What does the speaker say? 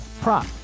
prop